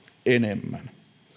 enemmän